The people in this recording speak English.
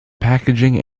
packaging